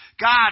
God